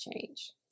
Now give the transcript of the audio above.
change